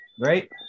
right